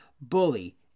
bully